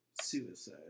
Suicide